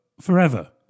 forever